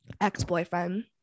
ex-boyfriend